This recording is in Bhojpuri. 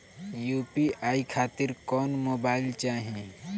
यू.पी.आई खातिर कौन मोबाइल चाहीं?